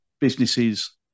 Businesses